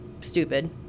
stupid